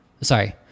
Sorry